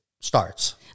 starts